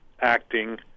acting